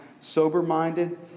sober-minded